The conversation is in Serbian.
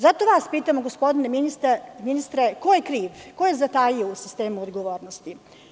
Zato vas pitamo, gospodine ministre, ko je kriv, ko je zatajio u sistemu odgovornosti?